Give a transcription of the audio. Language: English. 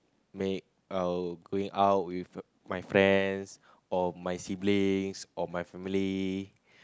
make or going out with my friends my siblings or my family